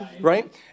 right